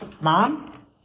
Mom